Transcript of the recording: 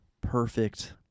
Perfect